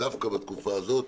דווקא בתקופה הזאת,